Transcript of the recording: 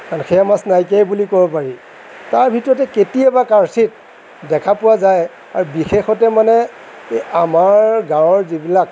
আৰু সেয়া মাছ নাইকিয়াই বুলি ক'ব পাৰি তাৰ ভিতৰতে কেতিয়াবা কাৰচিত দেখা পোৱা যায় আৰু বিশেষতে মানে এই আমাৰ গাঁৱৰ যিবিলাক